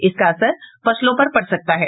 इसका असर फसलों पर पड़ सकता है